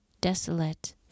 desolate